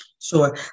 Sure